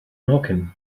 nhocyn